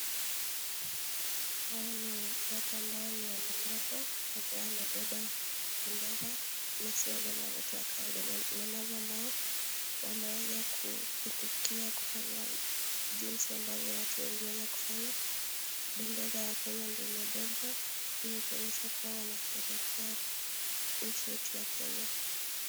Hawa ni watu ambao ni walemavu mmoja wao amebeba bendera na si walemavu tu wa kawaida ni walemavu ambao wameweza kupindukia kufanya jinsi ambavyo watu wengi wameweza kufanya. Bendera ya kenya ndio imeweza kubebwa ili kuonyesha kuwa wanasherehekea nchi yetu ya kenya.